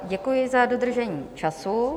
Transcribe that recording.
Děkuji za dodržení času.